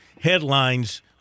headlines